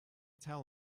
tell